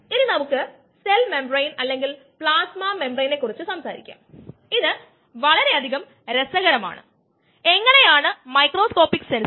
അതിനാൽ നമുക്ക് enzyme substrate complex pseudo steady സ്റ്റേറ്റിൽ ആണെന്ന് അനുമാനിക്കാം അതാണ് PSS എന്നത് കൊണ്ട് ഉദ്ദേശിക്കുന്നത് സ്യുഡോ സ്റ്റെഡി സ്റ്റേറ്റ്